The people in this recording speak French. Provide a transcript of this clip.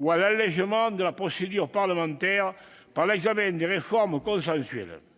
ou de l'allégement de la procédure parlementaire pour l'examen des réformes consensuelles.